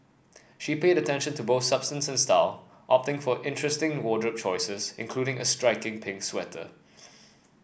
she paid attention to both substance and style opting for interesting wardrobe choices including a striking pink sweater